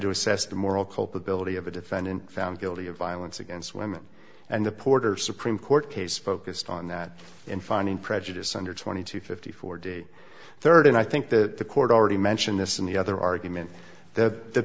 to assess the moral culpability of a defendant found guilty of violence against women and the porter supreme court case focused on that in finding prejudice under twenty two fifty four day third and i think that the court already mentioned this in the other argument that the